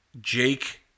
Jake